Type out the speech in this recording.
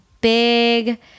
big